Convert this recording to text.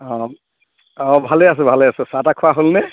অ অ ভালেই আছোঁ ভালেই আছোঁ চাহ তাহ খোৱা হ'লনে